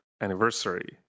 anniversary